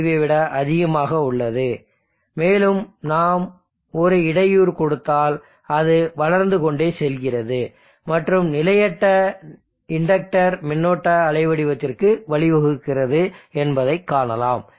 5 ஐ விட அதிகமாக உள்ளது மேலும் நாம் ஒரு இடையூறு கொடுத்தால் அது வளர்ந்து கொண்டே செல்கிறது மற்றும் நிலையற்ற இண்டக்டர் மின்னோட்ட அலைவடிவத்திற்கு வழிவகுக்கிறது என்பதைக் காணலாம்